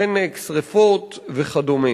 חנק, שרפות וכדומה.